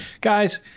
guys